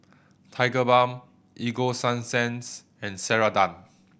Tigerbalm Ego Sunsense and Ceradan